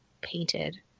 painted